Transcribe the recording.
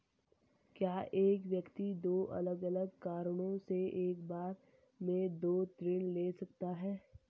क्या एक व्यक्ति दो अलग अलग कारणों से एक बार में दो ऋण ले सकता है?